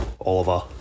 Oliver